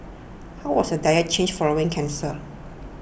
how was your diet changed following cancer